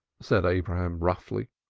said abraham roughly.